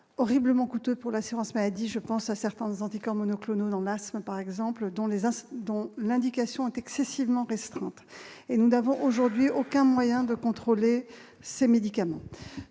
horriblement coûteux pour l'assurance maladie, je pense à certains anticorps monoclonaux dans la semaine par exemple dans les instances, dont l'indication excessivement restreint, et nous n'avons aujourd'hui aucun moyen de contrôler ces médicaments,